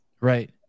Right